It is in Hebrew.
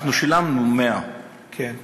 ואנחנו שילמנו 100. כן.